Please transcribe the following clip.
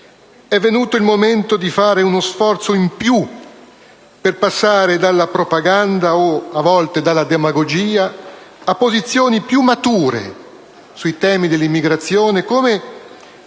è venuto il momento di compiere uno sforzo in più per passare dalla propaganda, a volte dalla demagogia, a posizioni più mature sui temi dell'immigrazione, come